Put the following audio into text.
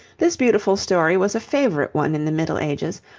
this beautiful story was a favourite one in the middle ages,